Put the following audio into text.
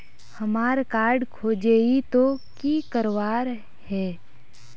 हमार कार्ड खोजेई तो की करवार है?